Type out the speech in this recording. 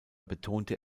betonte